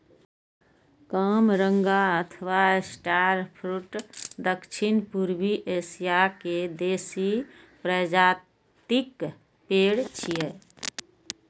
कामरंगा अथवा star fruit दक्षिण पूर्वी एशिया के देसी प्रजातिक पेड़ छियै